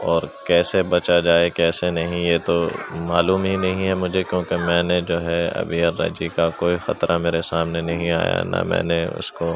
اور کیسے بچا جائے کیسے نہیں یہ تو معلوم ہی نہیں ہے مجھے کیونکہ میں نے جو ہے ابھی الرجی کا کوئی خطرہ میرے سامنے نہیں آیا نہ میں نے اس کو